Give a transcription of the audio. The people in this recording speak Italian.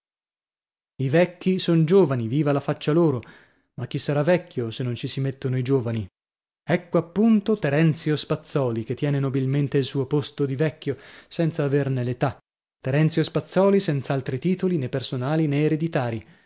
i vecchi son giovani viva la faccia loro ma chi sarà vecchio se non ci si mettono i giovani ecco appunto terenzio spazzòli che tiene nobilmente il suo posto di vecchio senza averne l'età terenzio spazzòli senz'altri titoli nè personali nè ereditarii